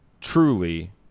truly